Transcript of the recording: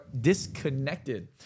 disconnected